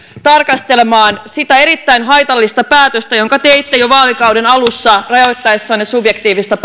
tarkastelemaan sitä erittäin haitallista päätöstä jonka teitte jo vaalikauden alussa rajoittaessanne subjektiivista